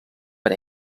per